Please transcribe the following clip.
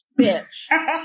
bitch